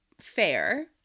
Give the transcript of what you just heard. fair